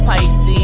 Pisces